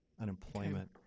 unemployment